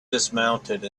dismounted